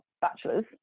bachelor's